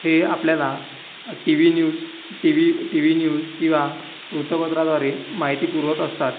हे आपल्याला T V news T V T V news किंवा वृत्तपत्राद्वारे माहिती पुरवत असतात